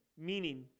meaning